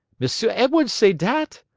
m'sieu' edwards say dat?